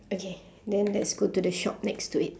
okay then let's go to the shop next to it